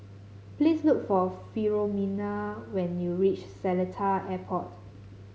please look for Filomena when you reach Seletar Airport